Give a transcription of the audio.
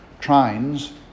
trains